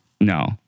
No